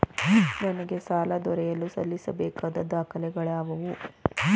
ನನಗೆ ಸಾಲ ದೊರೆಯಲು ಸಲ್ಲಿಸಬೇಕಾದ ದಾಖಲೆಗಳಾವವು?